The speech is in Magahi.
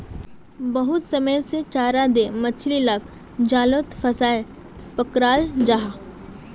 बहुत समय से चारा दें मछली लाक जालोत फसायें पक्राल जाहा